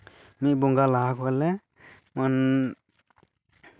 ᱢᱤᱫ ᱵᱚᱸᱜᱟ ᱞᱟᱦᱟ ᱠᱷᱚᱡ ᱞᱮ